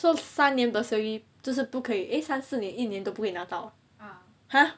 so 三年 bursary 你不可以 eh 三四年一年都不到不可以拿到 !huh!